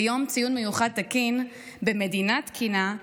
ביום ציון מיוחד תקין במדינה תקינה,